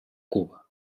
cuba